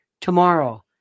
tomorrow